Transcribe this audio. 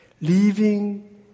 leaving